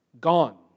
Gone